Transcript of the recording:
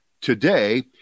today